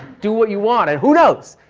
do what you want and who knows,